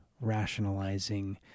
rationalizing